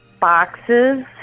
boxes